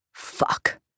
Fuck